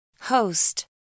Host